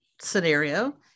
scenario